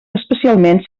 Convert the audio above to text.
especialment